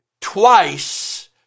twice